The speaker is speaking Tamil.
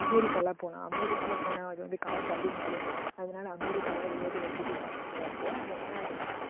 அமெரிக்காலாம் போகலாம் அமெரிக்காலாம் போனால் அது வந்து காசு அதிகமாகும் அதனால அமெரிக்காலாம் ரிலேட்டிவ்வை கூட்டிகிட்டு போக முடியாது இல்லையா அதனால அது வேண்டாம்